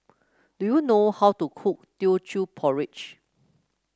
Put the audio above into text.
do you know how to cook Teochew Porridge